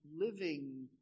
living